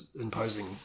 imposing